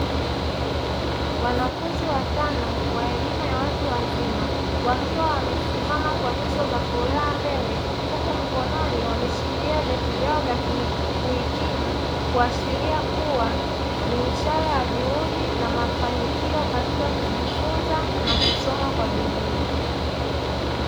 Wanafunzi watano wa elimu ya watu wazima wakiwa wamesimama kwa nyuso za furaha mbele, huku mkononi wameshikilia vyeti vyao vya kuhitimu kuashiria kuwa ni ishara ya juhudi na mafanikio katika kujifunza na kusoma kwa bidii.